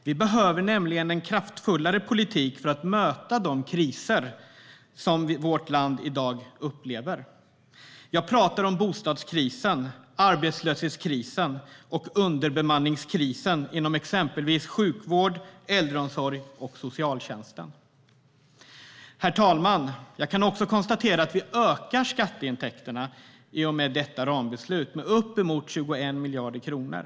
Vi behöver nämligen en kraftfullare politik för att möta de kriser som vårt land i dag upplever. Jag talar om bostadskrisen, arbetslöshetskrisen och underbemanningskrisen inom exempelvis sjukvård, äldreomsorg och socialtjänst. Herr talman! Jag kan också konstatera att vi ökar skatteintäkterna i och med detta rambeslut med uppemot 21 miljarder kronor.